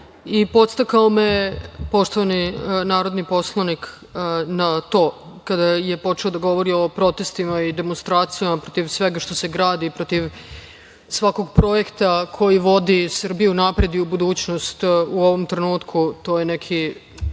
je podstakao poštovani narodni poslanik kada je počeo da govori o protestima i demonstracijama protiv svega što se gradi, protiv svakog projekta koji vodi Srbiju napred i u budućnost u ovom trenutku, to je neki,